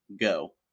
go